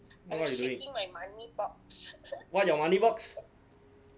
wha~ what you doing what your money box